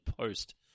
post